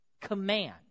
command